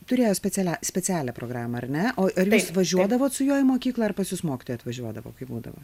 turėjo specialia specialią programą ar ne o ar jūs važiuodavot su juo į mokyklą ar pas jus mokytoja atvažiuodavo kaip būdavo